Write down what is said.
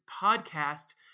podcast